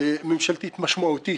ממשלתית משמעותית